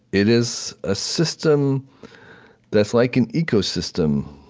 it is a system that's like an ecosystem,